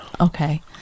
Okay